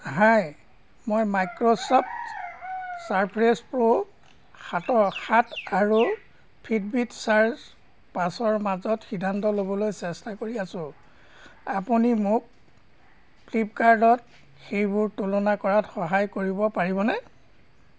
হাই মই Microsoft Surface Pro সাতৰ সাত আৰু ফিটবিট চাৰ্জ পাঁচৰ মাজত সিদ্ধান্ত ল'বলৈ চেষ্টা কৰি আছোঁ আপুনি মোক ফ্লিপকাৰ্টত সেইবোৰ তুলনা কৰাত সহায় কৰিব পাৰিবনে